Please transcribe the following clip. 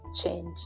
change